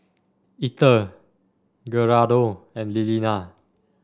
Ether Gerardo and Liliana